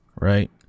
right